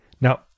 Now